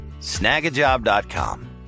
snagajob.com